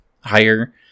higher